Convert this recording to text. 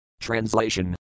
Translation